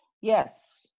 Yes